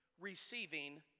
receiving